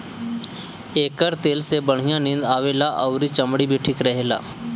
एकर तेल से बढ़िया नींद आवेला अउरी चमड़ी भी ठीक रहेला